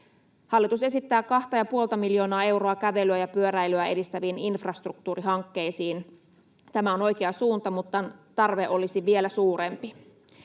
Hallitus esittää 2,5 miljoonaa euroa kävelyä ja pyöräilyä edistäviin infrastruktuurihankkeisiin. Tämä on oikea suunta, mutta tarve olisi vielä suurempi.